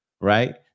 right